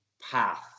path